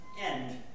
end